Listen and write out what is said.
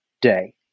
day